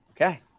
Okay